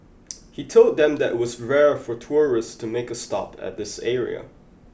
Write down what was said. he told them that was rare for tourists to make a stop at this area